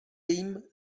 jim